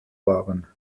waren